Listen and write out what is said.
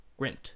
Grint